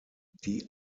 die